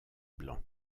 blanc